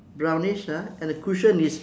brownish ah and the cushion is